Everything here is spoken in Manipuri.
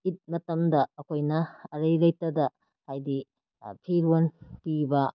ꯏꯗ ꯃꯇꯝꯗ ꯑꯩꯈꯣꯏꯅ ꯑꯔꯩ ꯂꯩꯇꯗ ꯍꯥꯏꯗꯤ ꯐꯤꯔꯣꯟ ꯄꯤꯕ